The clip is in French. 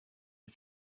les